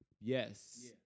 Yes